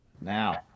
Now